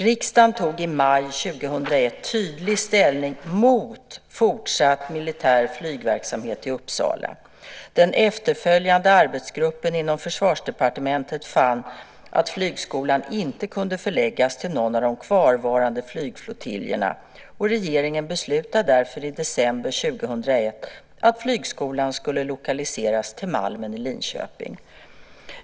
Riksdagen tog i maj 2001 tydlig ställning mot fortsatt militär flygverksamhet i Uppsala. Den efterföljande arbetsgruppen inom Försvarsdepartementet fann att flygskolan inte kunde förläggas till någon av de kvarvarande flygflottiljerna. Regeringen beslutade därför i december 2001 att flygskolan skulle lokaliseras till Malmen i Linköping.